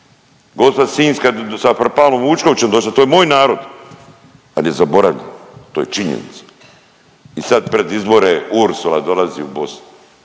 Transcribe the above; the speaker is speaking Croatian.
Gospa Sinjska sa propalom Vučkovićem došla, to je moj narod. Da ne zaboravimo to je činjenica. I sad pred izbore Ursula dolazi u Bosnu.